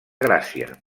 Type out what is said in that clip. gràcia